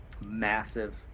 massive